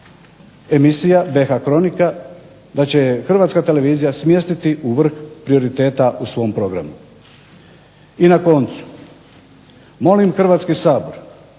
emisija BiH kronika da će je Hrvatska televizija smjestiti u vrh prioriteta u svom programu. I na koncu, molim Hrvatski sabor,